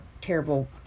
terrible